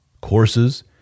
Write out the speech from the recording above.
courses